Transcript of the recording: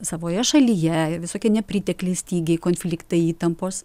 savoje šalyje ir visokie nepritekliai stygiai konfliktai įtampos